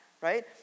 right